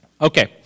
Okay